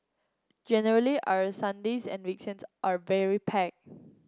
generally our Sundays and weekends are very packed